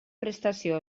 prestació